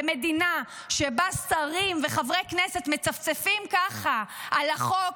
במדינה שבה שרים וחברי הכנסת מצפצפים ככה על החוק,